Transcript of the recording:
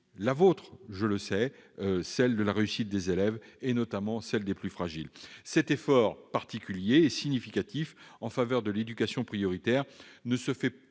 la vôtre, celle de la réussite des élèves, notamment des plus fragiles. Cet effort particulier et significatif en faveur de l'éducation prioritaire ne se fait pas